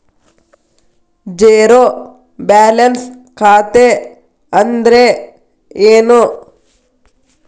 Zero balance ಖಾತೆ ಅಂದ್ರೆ ಏನು?